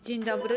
Dzień dobry.